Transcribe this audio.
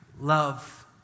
love